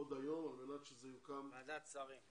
ועדת שרים.